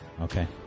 Okay